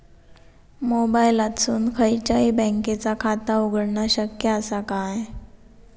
मोबाईलातसून खयच्याई बँकेचा खाता उघडणा शक्य असा काय?